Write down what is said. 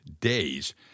days